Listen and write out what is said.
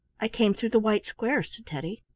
i came through the white square, said teddy.